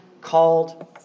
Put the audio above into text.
called